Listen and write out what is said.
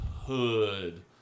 hood